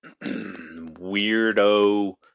weirdo